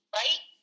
right